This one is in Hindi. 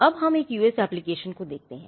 अब हम एक यूएस एप्लिकेशन को देखते हैं